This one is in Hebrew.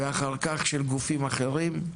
ואחר כך של גופים אחרים.